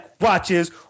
watches